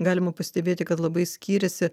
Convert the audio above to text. galima pastebėti kad labai skiriasi